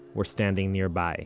were standing nearby